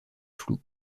flou